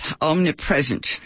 omnipresent